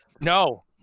No